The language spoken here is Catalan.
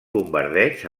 bombardeig